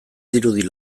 dirudi